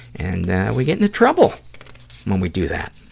and we get into trouble when we do that.